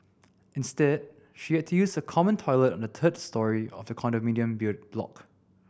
instead she had to use a common toilet on the third storey of the condominium block